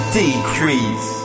decrease